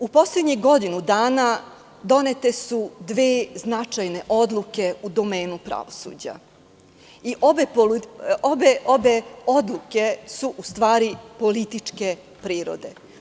U poslednjih godinu dana donete su dve značajne odluke u domenu pravosuđa i obe odluke su u stvari političke prirode.